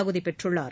தகுதி பெற்றுள்ளார்